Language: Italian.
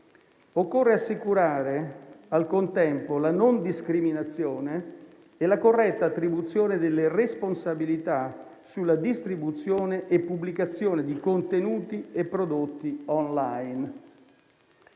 Occorre assicurare, al contempo, la non discriminazione e la corretta attribuzione delle responsabilità sulla distribuzione e pubblicazione di contenuti e prodotti *online*.